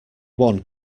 one